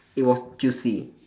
it was juicy